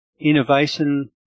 innovation